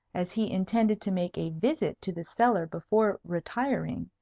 as he intended to make a visit to the cellar before retiring,